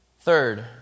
Third